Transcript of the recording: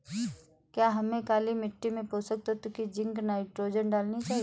क्या हमें काली मिट्टी में पोषक तत्व की जिंक नाइट्रोजन डालनी चाहिए?